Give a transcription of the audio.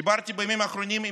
דיברתי בימים האחרונים עם